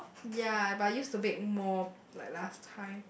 ya but I used to bake more like last time